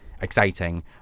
exciting